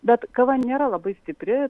bet kava nėra labai stipri